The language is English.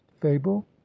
fable